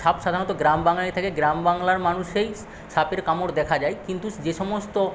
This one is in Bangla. সাপ সাধারণত গ্রামবাংলায় থাকে গ্রামবাংলার মানুষেই সাপের কামড় দেখা যায় কিন্তু যে সমস্ত